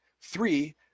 Three